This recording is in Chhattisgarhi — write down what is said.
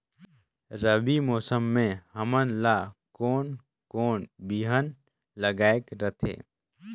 रबी मौसम मे हमन ला कोन कोन बिहान लगायेक रथे?